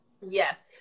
Yes